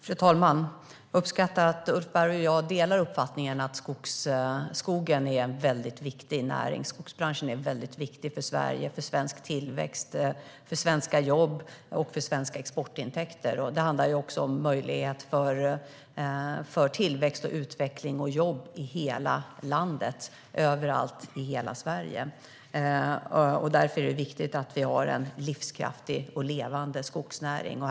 Fru talman! Jag uppskattar att Ulf Berg och jag delar uppfattningen att skogen är en väldigt viktig näring. Skogsbranschen är väldigt viktig för Sverige, för svensk tillväxt, för svenska jobb och för svenska exportintäkter. Det handlar också om möjlighet till tillväxt, utveckling och jobb i hela landet, överallt i hela Sverige. Därför är det viktigt att vi har en livskraftig och levande skogsnäring.